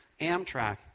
Amtrak